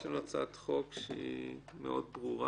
יש לנו הצעת חוק שהיא מאוד ברורה,